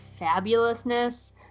fabulousness